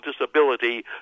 disability